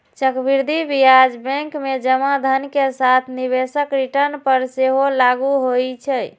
चक्रवृद्धि ब्याज बैंक मे जमा धन के साथ निवेशक रिटर्न पर सेहो लागू होइ छै